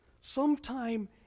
Sometime